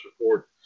report